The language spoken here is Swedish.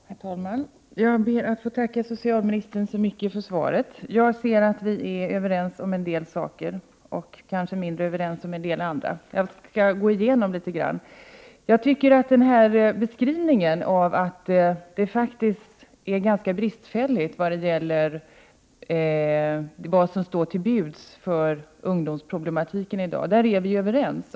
Herr talman! Jag ber att få tacka socialministern för svaret. Jag ser att vi är överens om en del saker, men kanske mindre överens om annat. Jag skall gå in närmare på detta. När det gäller beskrivningen att de medel som i dag står till buds för att lösa ungdomsproblemen är ganska bristfälliga är vi överens.